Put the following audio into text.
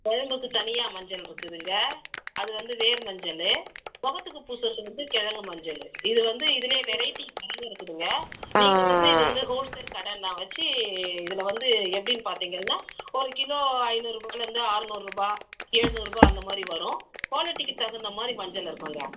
குழம்புக்கு தனியாக மஞ்சள் இருக்குதுங்க அது வந்து வேர் மஞ்சள் முகத்துக்கு பூசுகிறது வந்து கிழங்கு மஞ்சள் இது வந்து இதில் வெரைட்டி நிறைய இருக்குதுங்க நீங்கள் வந்து இது வந்து ஹோல்சேல் கடை நான் வச்சு இதில் வந்து எப்படின்னு பார்த்திங்கன்னா ஒரு கிலோ ஐந்நூறுரூபாலேந்து அறு நூறுரூபா எழு நூறுரூபா அந்தமாதிரி வரும் குவாலிட்டிக்கு தகுந்த மாதிரி மஞ்சள் இருக்கும்ங்க